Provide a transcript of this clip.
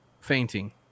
fainting